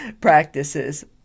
practices